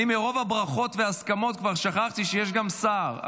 מרוב הברכות וההסכמות אני כבר שכחתי שיש גם שר.